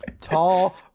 Tall